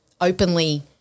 openly